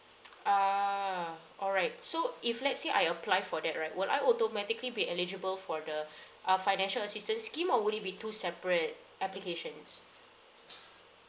ah all right so if let's say I apply for that right would I automatically be eligible for the uh financial assistance scheme or would it be two separate applications